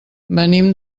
venim